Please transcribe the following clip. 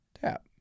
tap